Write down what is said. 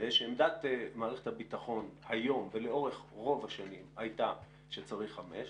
שעמדת מערכת הביטחון היום ולאורך רוב השנים הייתה שצריך חמש,